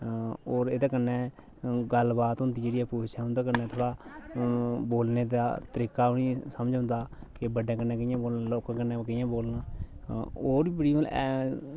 होर एह्दे कन्नै गल्लबात होंदी जेह्ड़ी पूरी समझ ओह्दे कन्नै थोह्ड़ा बोलने दा तरीका उ'नेंगी समझ औंदा कि बड्डे कन्नै कियां बोलना लोकें कन्नै कि'यां बोलना होर बी बड़ी मतलब